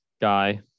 guy